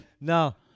No